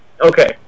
Okay